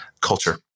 culture